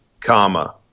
comma